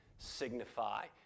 signify